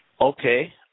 Okay